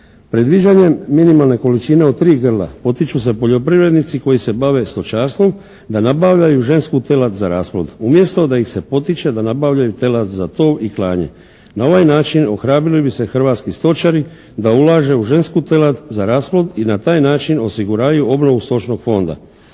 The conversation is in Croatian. Predviđanjem minimalne količine od tri grla, potiču se poljoprivrednici koji se bave stočarstvom da nabavljaju žensku telad za rasplod umjesto da ih se potiče da nabavljaju telad za tov i klanje. Na ovaj način ohrabrili bi se hrvatski stočari da ulažu u žensku telad za rasplod i na taj način osiguravaju obnovu stočnog fonda.